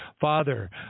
Father